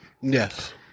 Yes